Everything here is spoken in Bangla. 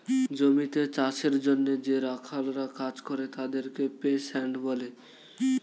জমিতে চাষের জন্যে যে রাখালরা কাজ করে তাদেরকে পেস্যান্ট বলে